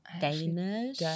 Danish